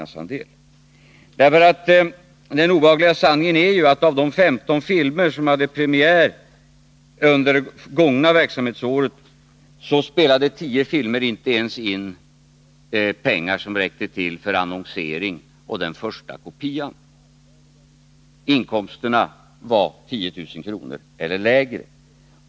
Den obehagliga sanningen är att av de 15 filmer som hade premiär under det gångna verksamhetsåret spelade 10 filmer inte ens in så mycket pengar att det räckte till annonsering och den första kopian. Inkomsterna var 10 000 kr. eller lägre.